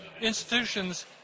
institutions